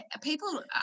people